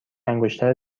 انگشتر